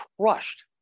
crushed